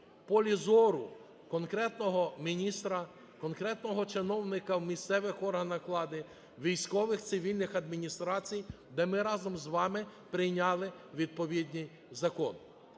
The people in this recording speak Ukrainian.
полі зору конкретного міністра, конкретного чиновника в місцевих органах влади, військових цивільних адміністрацій, де ми разом з вами прийняли відповідний закон.